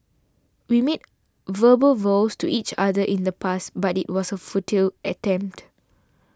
we made verbal vows to each other in the past but it was a futile attempt